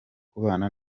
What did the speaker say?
kubana